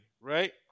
Right